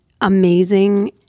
amazing